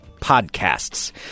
podcasts